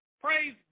Praise